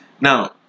Now